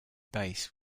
base